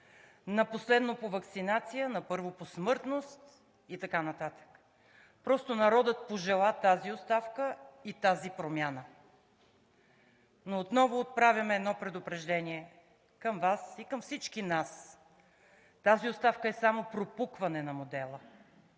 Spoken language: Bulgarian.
на последно по ваксинация, на първо по смъртност и така нататък. Просто народът пожела тази оставка и тази промяна. Отново отправяме едно предупреждение към Вас и към всички нас. Тази оставка е само пропукване на модела.